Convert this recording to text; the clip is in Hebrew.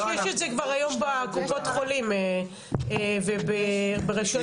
יש את זה כבר היום בקופות חולים וברשויות מקומיות.